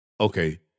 okay